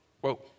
Whoa